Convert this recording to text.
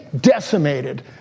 decimated